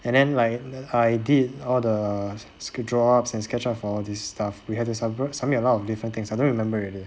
and then like I did all the script draw ups and sketch up for this stuff we have to subvert~ submit a lot of different things I don't remember already